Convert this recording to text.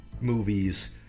movies